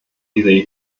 diese